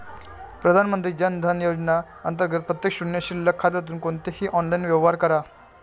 प्रधानमंत्री जन धन योजना अंतर्गत प्रत्येक शून्य शिल्लक खात्यातून कोणतेही ऑनलाइन व्यवहार करा